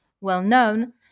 well-known